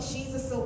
Jesus